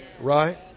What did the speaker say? right